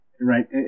right